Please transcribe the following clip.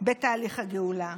בתהליך הגאולה,